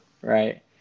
right